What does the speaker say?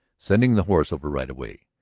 sending the horse over right away.